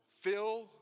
fill